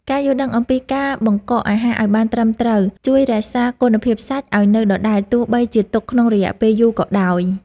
ការយល់ដឹងអំពីការបង្កកអាហារឱ្យបានត្រឹមត្រូវជួយរក្សាគុណភាពសាច់ឱ្យនៅដដែលទោះបីជាទុកក្នុងរយៈពេលយូរក៏ដោយ។